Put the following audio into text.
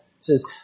says